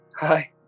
Hi